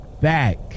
back